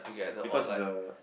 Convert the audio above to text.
because is a